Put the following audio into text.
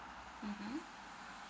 mmhmm